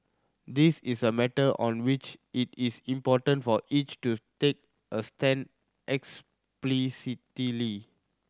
this is a matter on which it is important for each to take a stand explicitly